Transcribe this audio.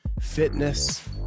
fitness